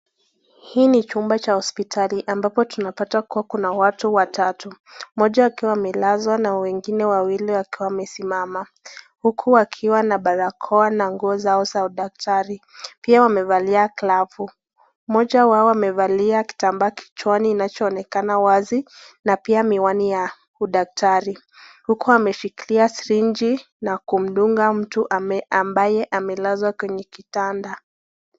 Hii ni chumba cha hospitali ambapo tunapata kuwa kuna watu watatu. Moja akiwa amelazwa na wengine wawili wakiwa wamesimama, huku wakiwa na barakoa na nguo zao za udaktari pia wamevalia glavu, moja wao amevalia kitambaa kichwani ambacho kinaonekana wazi, na pia miwani ya daktari huku ameshikili srinji na kumdunga mtu ambaye amelazwa kwenye kitandani.